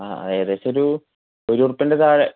ആ ഏകദേശമൊരൂ ഒരു ഉറുപ്പികേന്റെ താഴെ